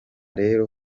rero